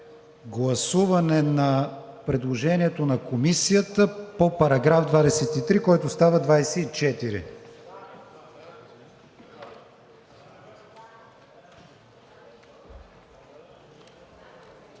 гласуване на предложението на Комисията по § 23, който става 24.